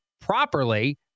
properly